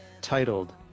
titled